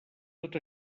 tot